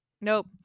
Nope